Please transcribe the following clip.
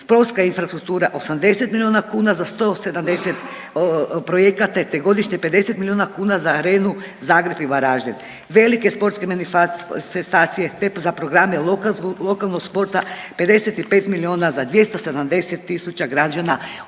Sportska infrastruktura 80 milijuna kuna za 170 projekata, te godišnje 50 milijuna kuna za Arenu Zagreb i Varaždin. Velike sportske manifestacije, te za programe lokalnog sporta 55 milijuna za 270000 građana